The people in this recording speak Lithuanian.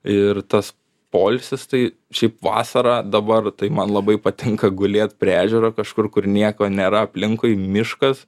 ir tas poilsis tai šiaip vasarą dabar tai man labai patinka gulėt prie ežero kažkur kur nieko nėra aplinkui miškas